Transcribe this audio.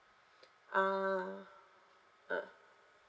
ah ah